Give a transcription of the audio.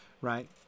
right